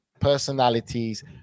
personalities